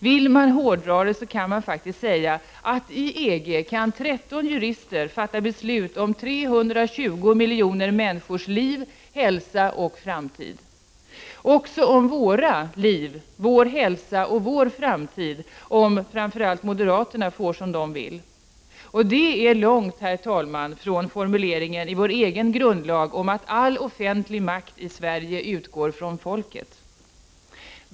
Vill man hårddra kan man faktiskt säga att i EG kan 13 jurister fatta beslut om 320 miljoner människors liv, hälsa och framtid — också om våra liv, vår hälsa och vår framtid om moderaterna får som de vill. Det är långt, herr talman, från formuleringen i vår egen grundlag om att ”all offentlig makt i Sverige utgår från folket”.